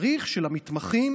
צריך שלמתמחים